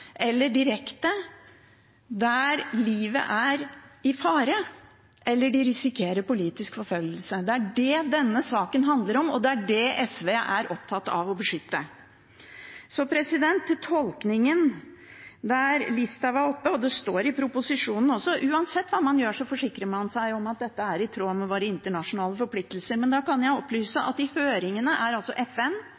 eller direkte, der livet er i fare eller de risikerer politisk forfølgelse. Det er det denne saken handler om, og det er det SV er opptatt av å beskytte. Så til tolkningen, der Listhaug var oppe og sa, og det står i proposisjonen også, at uansett hva man gjør, forsikrer man seg om at dette er i tråd med våre internasjonale forpliktelser. Men da kan jeg opplyse